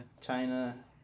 China